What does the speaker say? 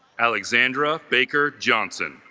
alexandra bakker johnson